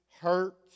hurt